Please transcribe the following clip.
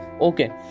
okay